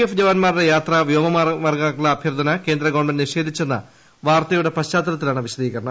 F ജവാന്മാരുടെ യാത്ര വ്യോമമാർഗമാക്കാനുള്ള അഭ്യർത്ഥന കേന്ദ്ര ഗവൺമെന്റ് നിഷേധിച്ചെന്ന വാർത്തയുടെ പശ്ചാത്തലത്തിലാണ് വിശദീകരണം